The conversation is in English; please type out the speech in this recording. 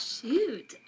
Shoot